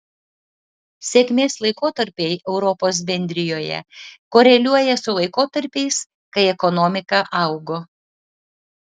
sėkmės laikotarpiai europos bendrijoje koreliuoja su laikotarpiais kai ekonomika augo